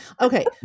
Okay